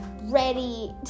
ready